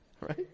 right